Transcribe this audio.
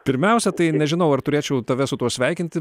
pirmiausia tai nežinau ar turėčiau tave su tuo sveikinti